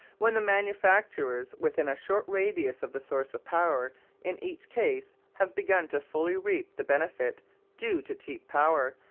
when the manufacturers within a short radius of the source of power in each case have begun to fully reap the benefit due to cheap power,